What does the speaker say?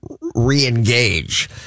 re-engage